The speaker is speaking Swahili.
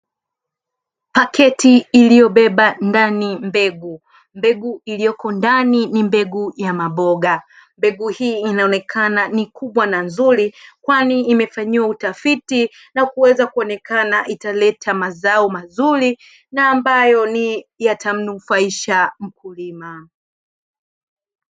Pakiti iliyobeba ndani mbegu mbegu iliyoko ndani ni mbegu ya maboga mbegu hii inaonekana ni kubwa na nzuri kwani imefanyiwa utafiti na kuweza kuonekana italeta mazao mazuri na ambayo ni yatamnufaisha mkulima.